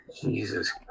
Jesus